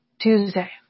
Tuesday